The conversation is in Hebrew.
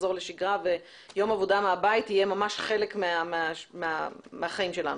נחזור לשגרה ויום עבודה מהבית יהיה ממש חלק מהחיים שלנו.